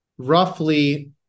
Roughly